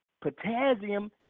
Potassium